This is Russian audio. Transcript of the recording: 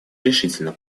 решительно